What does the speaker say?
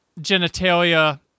genitalia